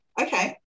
Okay